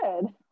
good